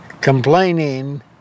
complaining